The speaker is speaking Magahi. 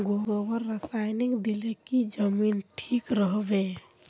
गोबर रासायनिक दिले की जमीन ठिक रोहबे?